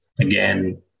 again